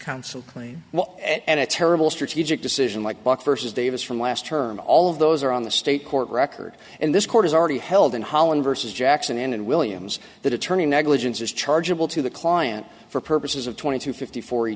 counsel claim and a terrible strategic decision like box versus davis from last term all of those are on the state court record and this court is already held in holland versus jackson and williams that attorney negligence is chargeable to the client for purposes of twenty two fifty forty